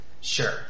Sure